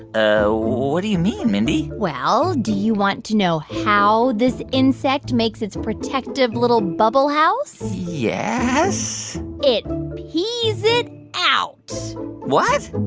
ah what do you mean, mindy? well, do you want to know how this insect makes its protective, little bubble house? yeah yes it pees it out what?